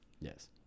Yes